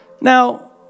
Now